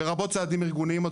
לרבות, צעדים ארגוניים.